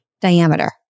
diameter